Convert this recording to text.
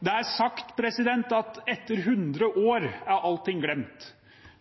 Det er sagt at etter hundre år er all ting glemt.